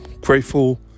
grateful